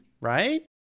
right